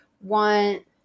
want